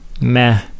meh